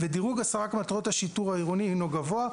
ודירוג השגת מטרות השיטור העירוני הינו גבוה,